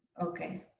okay.